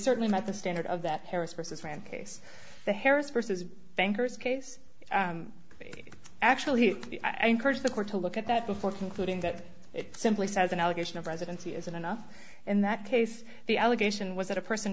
certainly not the standard of that harris versus rand case the harris versus bankers case they actually i encouraged the court to look at that before concluding that it simply says an allegation of residency isn't enough in that case the allegation was that a person